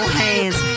hands